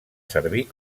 servir